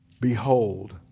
behold